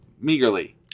meagerly